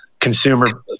consumer